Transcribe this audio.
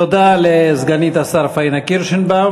תודה לסגנית השר פאינה קירשנבאום.